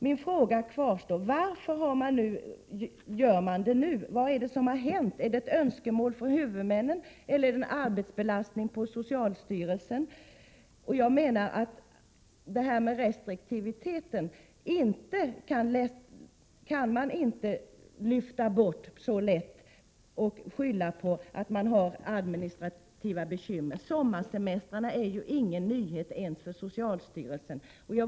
Min fråga kvarstår: Varför beviljar man dem nu, är detta ett önskemål från huvudmännen eller beror det på stor arbetsbelastning vid socialstyrelsen? Jag menar att man inte så lätt kan lyfta bort detta ansvar för restriktiviteten genom att skylla på administrativa bekymmer. Sommarsemestrarna är ju ingen nyhet ens för socialstyrelsen.